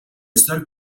seul